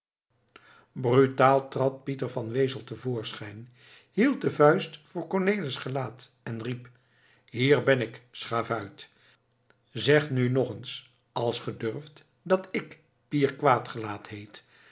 brutaal trad pieter van wezel te voorschijn hield de vuist voor cornelis gelaat en riep hier ben ik schavuit zeg nu nog eens als ge durft dat ik pier quaet gelaet heet